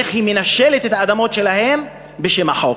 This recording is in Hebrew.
איך היא מנשלת אותם מהאדמות שלהם בשם החוק.